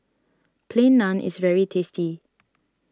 Plain Naan is very tasty